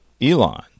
Elon